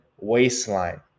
waistline